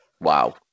Wow